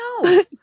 No